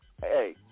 Hey